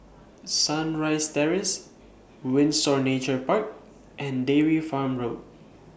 Sunrise Terrace Windsor Nature Park and Dairy Farm Road